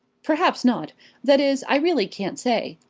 perhaps not that is, i really can't say.